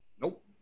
Nope